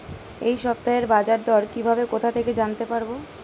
এই সপ্তাহের বাজারদর কিভাবে কোথা থেকে জানতে পারবো?